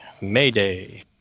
Mayday